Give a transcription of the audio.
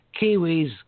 kiwis